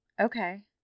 Okay